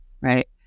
Right